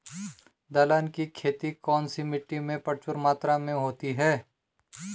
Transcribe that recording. दलहन की खेती कौन सी मिट्टी में प्रचुर मात्रा में होती है?